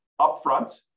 upfront